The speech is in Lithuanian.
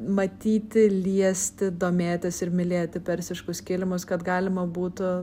matyti liesti domėtis ir mylėti persiškus kilimus kad galima būtų